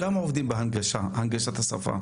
כמה עובדים בהנגשת השפה הערבית?